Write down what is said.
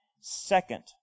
second